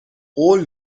قول